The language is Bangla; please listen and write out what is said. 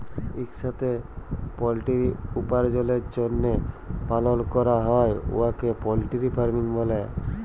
ইকসাথে পলটিরি উপার্জলের জ্যনহে পালল ক্যরা হ্যয় উয়াকে পলটিরি ফার্মিং ব্যলে